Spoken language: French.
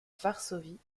varsovie